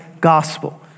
gospel